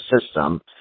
system